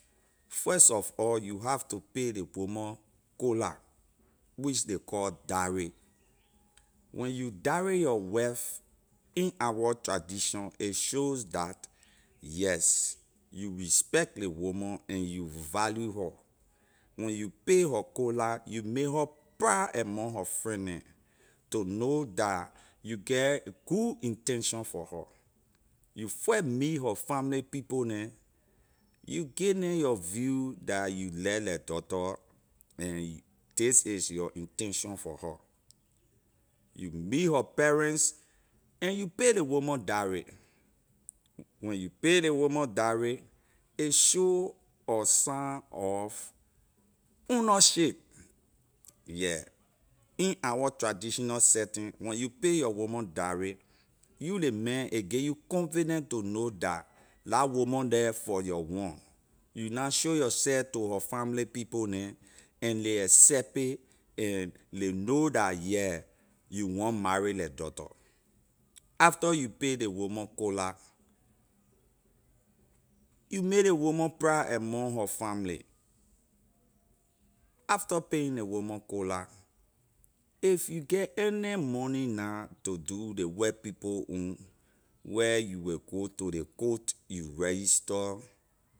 First of all you have to pay ley woman kola which ley call dowry when you dowry your wife in our tradition a shows that yes you respect ley woman and you value her when you pay her kola you may her proud among her friend neh to know dah you get good intention for her you first meet her family people neh you give neh your view la you leh leh daughter and this is your intention for her you meet her parents and you pay ley woman dowry when you pay ley woman dowry a show a sign of ownership yeah in our traditional setting when you pay your woman dowry you ley man a give you confident to know that la woman the for your one you na show yourself to her family people neh and ley accept it and ley know la yeah you want marry leh daughter after you pay ley woman kola you may ley woman proud among her family after paying ley woman kola if you get any money na to do ley white people own where you wey go to ley court you register.